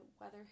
weather